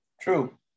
true